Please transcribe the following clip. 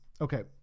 okay